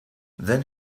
then